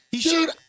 Dude